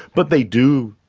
but they do,